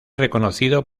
reconocido